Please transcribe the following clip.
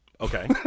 Okay